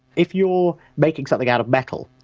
if you're making something out of metal,